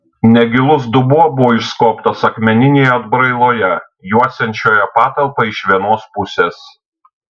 negilus dubuo buvo išskobtas akmeninėje atbrailoje juosiančioje patalpą iš vienos pusės